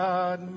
God